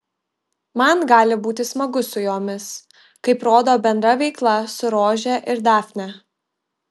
man gali būti smagu su jomis kaip rodo bendra veikla su rože ir dafne